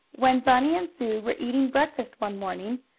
when bunny and sue were eating breakfast one morning,